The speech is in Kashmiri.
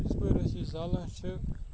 یِتھ پٲٹھۍ أسۍ یہِ زالان چھِ